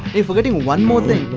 you're forgetting one more thing.